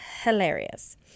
hilarious